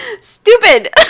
stupid